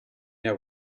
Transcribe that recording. bien